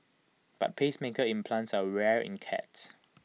but pacemaker implants are rare in cats